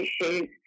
issues